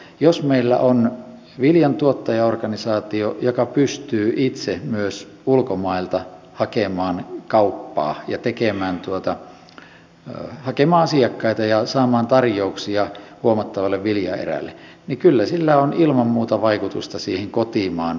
jos meillä on viljantuottajaorganisaatio joka pystyy itse myös ulkomailta hakemaan asiakkaita ja saamaan tarjouksia huomattavalle viljaerälle niin kyllä sillä on ilman muuta vaikutusta siihen kotimaan viljan hintatasoon